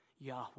Yahweh